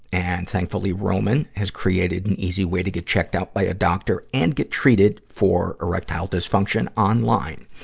and, thankfully, roman has created an easy way to get checked out by a doctor and get treated for erectile dysfunction online.